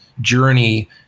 journey